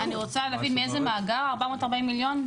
אני רוצה להבין מאיזה מאגר ה-440 מיליון.